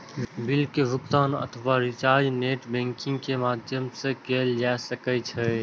bill के भुगातन अथवा रिचार्ज नेट बैंकिंग के माध्यम सं कैल जा सकै छै